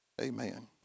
Amen